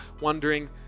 wondering